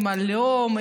עם הלאום,